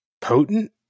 potent